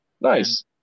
Nice